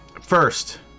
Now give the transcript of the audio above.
First